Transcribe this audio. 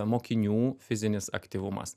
mokinių fizinis aktyvumas